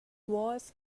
walls